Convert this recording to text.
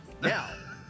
now